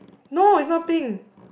no it's not pink